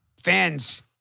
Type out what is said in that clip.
fans